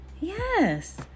yes